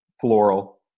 floral